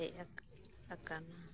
ᱦᱮᱡ ᱠᱟ ᱟᱠᱟᱱᱟ